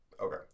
Okay